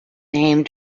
name